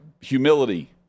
humility